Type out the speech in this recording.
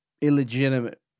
illegitimate